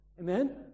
Amen